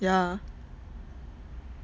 yeah